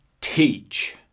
teach